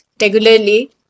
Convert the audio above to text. regularly